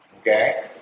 okay